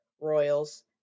royals